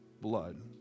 blood